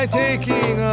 taking